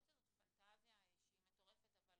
יכול להיות שזאת פנטזיה שהיא מטורפת, אבל